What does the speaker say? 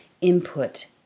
input